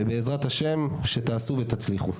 ובעזרת השם שתעשו ותצליחו.